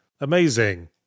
Amazing